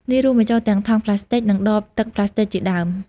នេះរួមបញ្ចូលទាំងថង់ប្លាស្ទិក និងដបទឹកប្លាស្ទិកជាដើម។